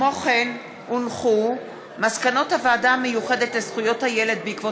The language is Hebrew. כמו כן הונחו מסקנות הוועדה המיוחדת לזכויות הילד בעקבות